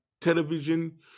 television